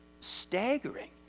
staggering